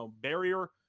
barrier